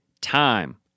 time